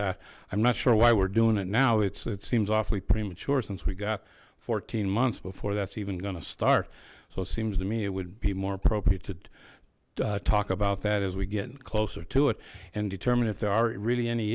that i'm not sure why we're doing it now it seems awfully premature since we got fourteen months before that's even gonna start so it seems to me it would be more appropriate to talk about that as we get closer to it and determine if there are really any